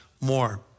more